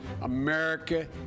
America